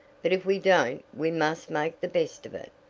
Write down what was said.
but if we don't we must make the best of it.